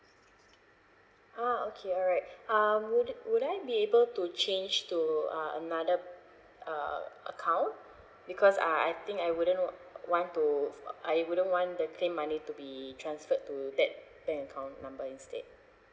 ah okay alright um would it would I be able to change to uh another uh uh account because uh I think I wouldn't w~ want to f~ I wouldn't want the claim money to be transferred to that bank account number instead